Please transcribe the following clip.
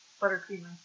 buttercream